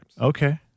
Okay